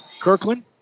Kirkland